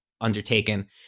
undertaken